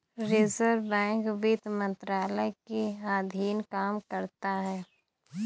reserve bank वित्त मंत्रालय के अधीन काम करता है